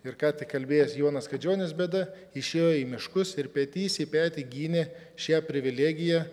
ir ką tik kalbėjęs jonas kadžionis bėda išėjo į miškus ir petys į petį gynė šią privilėgiją